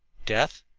death?